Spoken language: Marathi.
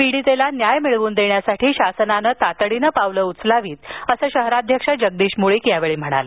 पीडितेला न्याय मिळवून देण्यासाठी शासनाने तातडीने पावले उचलावीत असं शहराध्यक्ष जगदीश मुळीक यावेळी म्हणाले